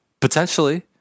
Potentially